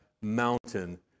mountain